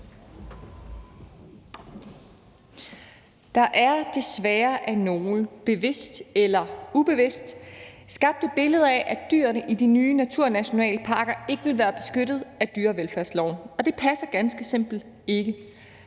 Der er desværre af nogle, bevidst eller ubevidst, skabt et billede af, at dyrene i de nye naturnationalparker ikke vil være beskyttet af dyrevelfærdsloven, og det passer ganske enkelt ikke.